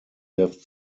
left